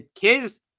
kids